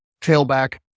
tailback